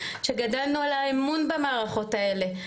שגדלנו על האמון במערכות האלה,